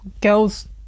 girls